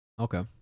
okay